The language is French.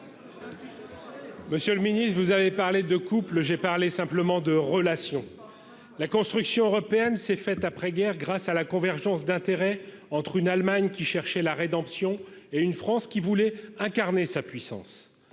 Monsieur le Ministre, vous avez parlé de couples, j'ai parlé simplement de relation, la construction européenne s'est fait après-guerre grâce à la convergence d'intérêts entre une Allemagne qui cherchait la rédemption et une France qui voulait incarner sa puissance,